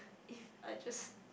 if I just